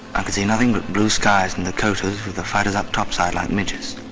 could see nothing but blue skies and the coaters from the fighters up topsides like midgets.